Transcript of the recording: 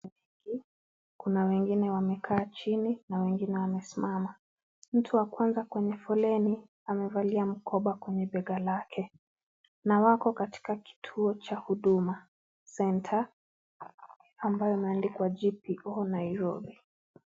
Huku, kuna wengine wamekaa chini na wengine wamesimama , mtu wa kwanza kwenye foleni amevalia mkoba kwenye bega lake na wako katika kituo cha huduma senta ambayo imeandikwa jina G.P.O Nairobi.